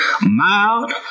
mild